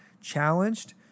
challenged